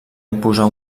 imposar